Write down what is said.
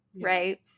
right